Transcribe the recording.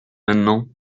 maintenant